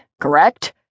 correct